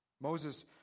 Moses